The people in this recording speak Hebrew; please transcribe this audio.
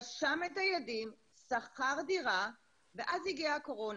רשם את הילדים, שכר דירה, ואז הגיעה הקורונה.